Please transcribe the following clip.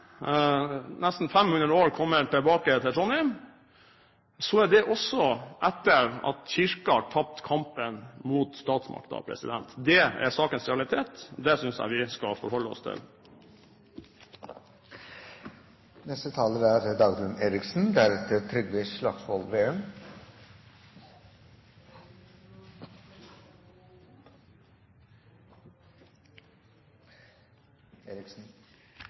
nesten 500 år kommer tilbake til Trondheim, er det også etter at Kirken har tapt kampen mot statsmakten. Det er sakens realitet. Det synes jeg vi skal forholde oss til. Man kan lure på om det er